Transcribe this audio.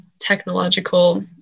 technological